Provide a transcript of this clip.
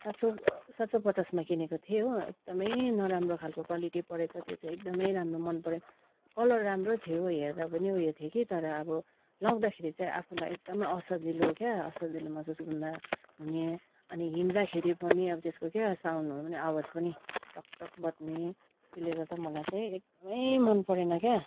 सात सय सात सय पचासमा किनेको थिएँ हो एकदमै नराम्रो खालको क्वालिटी परेछ त्यो चाहिँ एकदमै राम्रो मनपरेन कलर राम्रो थियो हेर्दा पनि उयो थियो कि तर अब लाउँदाखेरि चाहिँ आफूलाई एकदम असजिलो क्या असजिलो महसुस हुँदा हुने अनि हिँड्दाखेरि पनि अब त्यसको क्या साउन्डहरू पनि आवाज पनि टकटक बज्ने त्यसले गर्दा मलाई चाहिँ एकदमै मनपरेन क्या